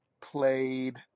played